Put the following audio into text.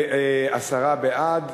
עשרה בעד,